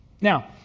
Now